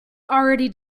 already